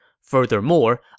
Furthermore